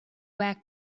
back